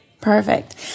Perfect